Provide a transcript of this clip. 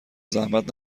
زحمت